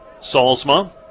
Salzma